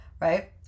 right